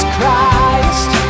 Christ